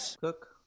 cook